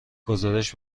گزارش